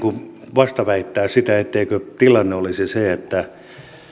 vastaväittää etteikö tilanne olisi se että